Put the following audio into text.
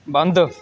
ਬੰਦ